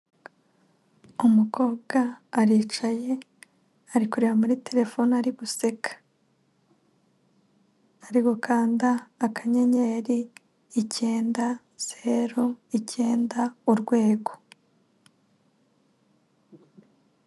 Umukobwa aricaye ari kureba muri terefone ari guseka, ari gukanda akanyenyeri icyenda zeru icyenda urwego.